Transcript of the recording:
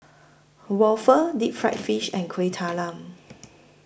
Waffle Deep Fried Fish and Kueh Talam